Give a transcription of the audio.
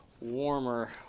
warmer